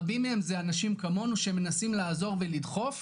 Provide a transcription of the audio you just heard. רבים מהם זה אנשים כמונו שמנסים לעזור ולדחוף,